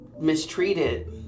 mistreated